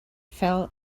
fell